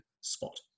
spot